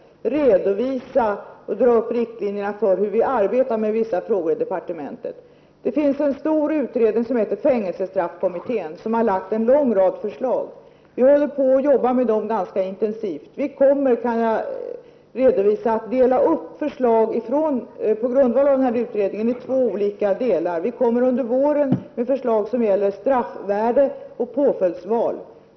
1987/88:38 riktlinjer efter vilka vi arbetar med vissa frågor inom departementet. Det — 4 december 1987 finns en stor utredning, fängelsestraffkommittén, som har lagt fram en lång rad förslag. Vi håller på och jobbar med dem ganska intensivt. Jag kan Om RS SERIES 4 ä - M inom kriminalvården, redovisa att vi kommer att dela upp förslagen på grundval av denna utredning Häjg itvå delar. Under våren skall vi lägga fram förslag som gäller straffvärde och påföljdsval.